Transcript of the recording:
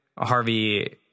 Harvey